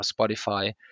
Spotify